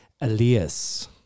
Elias